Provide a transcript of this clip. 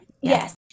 Yes